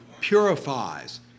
purifies